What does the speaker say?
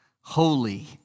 holy